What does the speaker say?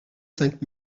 cinq